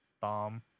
Bomb